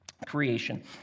creation